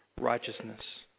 righteousness